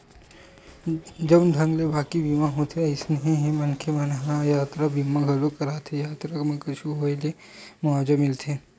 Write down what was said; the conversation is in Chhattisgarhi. जउन ढंग ले बाकी बीमा होथे अइसने ही मनखे मन ह यातरा बीमा घलोक कराथे यातरा म कुछु होय ले मुवाजा मिलथे